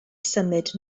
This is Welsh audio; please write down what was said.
symud